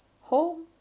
home